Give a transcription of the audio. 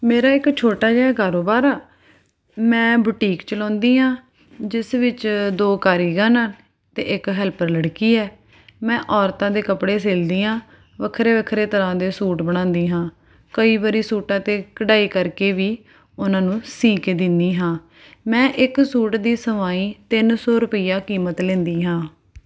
ਮੇਰਾ ਇੱਕ ਛੋਟਾ ਜਿਹਾ ਕਾਰੋਬਾਰ ਆ ਮੈਂ ਬੁਟੀਕ ਚਲਾਉਂਦੀ ਹਾਂ ਜਿਸ ਵਿੱਚ ਦੋ ਕਾਰੀਗਰ ਆ ਅਤੇ ਇੱਕ ਹੈਲਪਰ ਲੜਕੀ ਹੈ ਮੈਂ ਔਰਤਾਂ ਦੇ ਕੱਪੜੇ ਸਿਲਦੀ ਹਾਂ ਵੱਖਰੇ ਵੱਖਰੇ ਤਰ੍ਹਾਂ ਦੇ ਸੂਟ ਬਣਾਉਂਦੀ ਹਾਂ ਕਈ ਵਾਰੀ ਸੂਟਾਂ 'ਤੇ ਕਢਾਈ ਕਰਕੇ ਵੀ ਉਹਨਾਂ ਨੂੰ ਸਿਉਂਕੇ ਦਿੰਦੀ ਹਾਂ ਮੈਂ ਇੱਕ ਸੂਟ ਦੀ ਸਵਾਈ ਤਿੰਨ ਸੌ ਰੁਪਈਆ ਕੀਮਤ ਲੈਂਦੀ ਹਾਂ